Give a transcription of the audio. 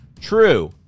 true